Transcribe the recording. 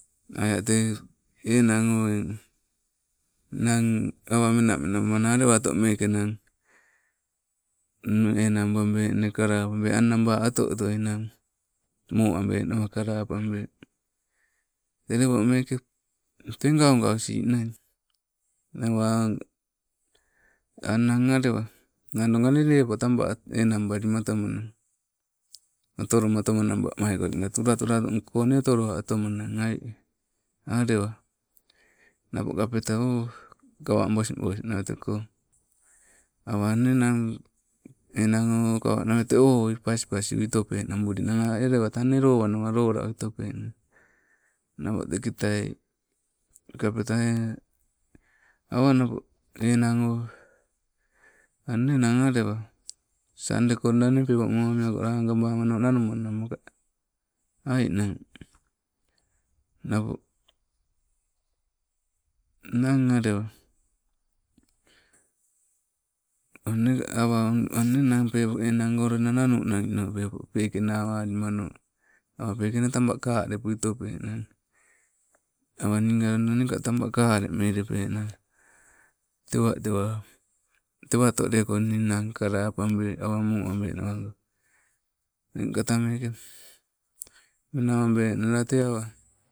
Aia tee, enang o eng, nang awa awa mena mena bamana alewatomeke nang, nne enang babe, nne kalapabe, annaba oto otoi nang mo abe nawa kalapabe, tee lepo meeke tee gaugausi nai. Nago aang, ang nang alewa? Nadoonga nee lepo taba, enang balimatoma nang, otoloma toma wamaikolinka, tula tula nko nee otoloa atoma nang? Ai alewa napo kapeta o, kawa bosbos na weteko. Awa nee nang enang o, kawa nawete owui paspas utope nabuli nang? Ai alewa tang nee lowanawa lola uitope? Napo teke tai kapeta ehh, awa napo, enang o, ang nee nang alewa, sande ko loida peepo momiako lagabamano nanu manang maka, ainang? Napo alewa, o ne awa, ang nee nang peepo anango loida nanu nanui nau peepo, pekee nawalimano? Awa peke nee taba kale putopenang? Awa ninga neeka taba kalemelepe. tewatewa, tewatoleko nne nang kalapabe moo abe nawango, eng katameke, menaba enala, tee awa